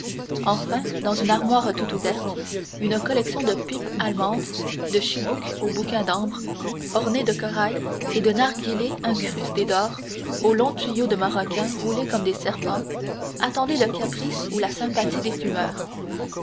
enfin dans une armoire tout ouverte une collection de pipes allemandes de chibouques aux bouquins d'ambre ornées de corail et de narguilés incrustés d'or aux longs tuyaux de maroquin roulés comme des serpents attendaient le caprice ou la sympathie des fumeurs